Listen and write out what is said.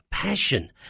Passion